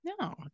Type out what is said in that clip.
No